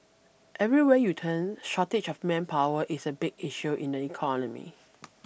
everywhere you turn shortage of manpower is a big issue in the economy